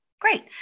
great